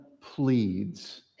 pleads